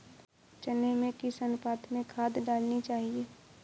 चने में किस अनुपात में खाद डालनी चाहिए?